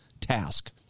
task